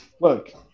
Look